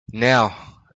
now